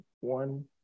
one